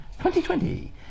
2020